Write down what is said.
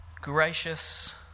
Gracious